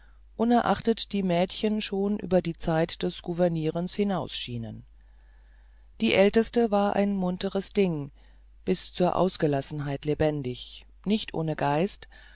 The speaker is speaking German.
unerachtet die mädchen schon über die zeit des gouvernierens hinaus schienen die älteste war ein munteres ding bis zur ausgelassenheit lebendig nicht ohne geist